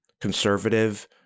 conservative